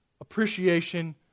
appreciation